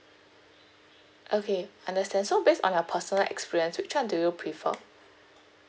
okay understand so based on your personal experience which [one] do you prefer